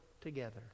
together